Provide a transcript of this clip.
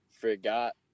forgot